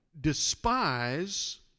despise